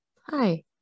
Hi